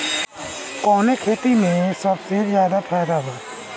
कवने खेती में सबसे ज्यादा फायदा बा?